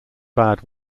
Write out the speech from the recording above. bad